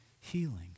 healing